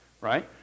Right